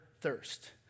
thirst